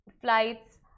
flights